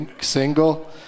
single